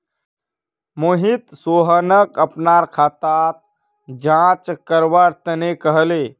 मोहित सोहनक अपनार खाताक जांच करवा तने कहले